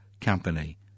company